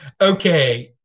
Okay